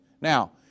Now